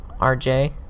RJ